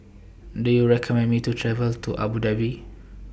Do YOU recommend Me to travel to Abu Dhabi